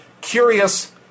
Curious